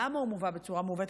למה הוא מובא בצורה מעוותת?